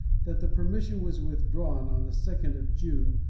that the permission was withdrawn on the second of june,